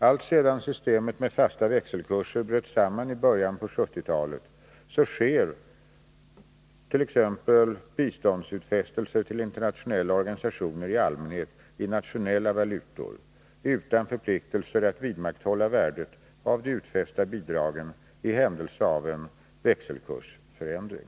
Alltsedan systemet med fasta växelkurser bröt samman i början av 1970-talet görs t.ex. biståndsutfästelser till internationella organisationer i allmänhet i nationella valutor, utan förpliktelser att vidmakthålla värdet av de utfästa bidragen i händelse av en växelkursförändring.